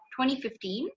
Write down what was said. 2015